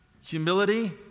humility